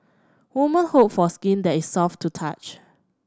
woman hope for skin that is soft to the touch